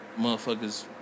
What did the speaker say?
Motherfuckers